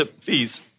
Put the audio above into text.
fees